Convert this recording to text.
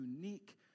unique